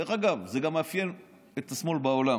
דרך אגב, זה גם מאפיין את השמאל בעולם.